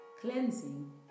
cleansing